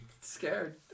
scared